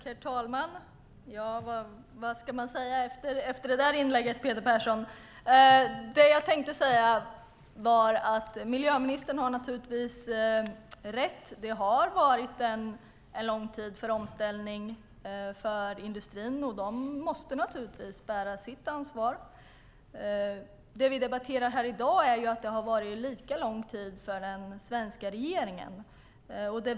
Herr talman! Vad ska man säga efter det inlägget, Peter Persson? Det jag tänkte säga var att miljöministern naturligtvis har rätt: Det har varit en lång tid för omställning för industrin, och de måste naturligtvis bära sitt ansvar. Det vi debatterar här i dag är att det har varit lika lång tid för den svenska regeringen.